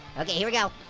okay here we go.